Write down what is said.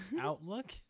outlook